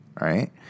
right